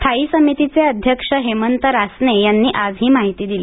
स्थाई समितीचे अध्यक्ष हेमंत रासने यांनी आज ही माहिती दिली